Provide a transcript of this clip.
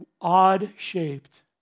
odd-shaped